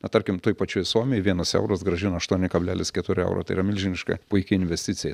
na tarkim toj pačioj suomijoj vienas euras grąžina aštuoni kablelis keturi euro tai yra milžiniška puiki investicija